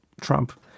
Trump